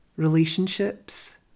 relationships